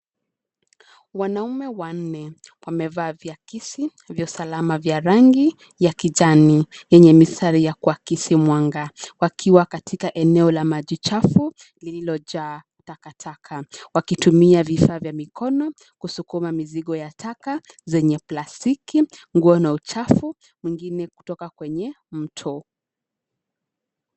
Wanaume wanne, wamevaa viakisi vya usalama vya rangi, ya kijani, yenye mistari ya kuakisi mwanga, wakiwa katika eneo la maji chafu, lililojaa takataka, wakitumia vifaa vya mikono, kusukuma mizigo ya taka, zenye plastiki, nguo na uchafu, mwingine kutoka kwenye, mto.